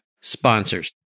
sponsors